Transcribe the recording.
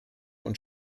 und